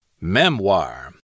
memoir